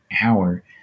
hour